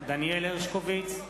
דניאל הרשקוביץ,